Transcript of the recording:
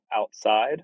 outside